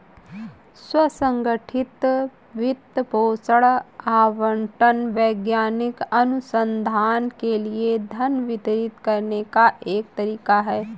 स्व संगठित वित्त पोषण आवंटन वैज्ञानिक अनुसंधान के लिए धन वितरित करने का एक तरीका हैं